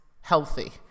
healthy